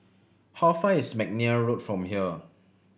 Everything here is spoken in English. how far is McNair Road from here